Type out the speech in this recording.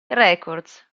records